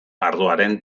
ardoaren